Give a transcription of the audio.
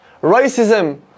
racism